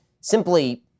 simply